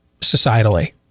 societally